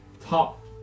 top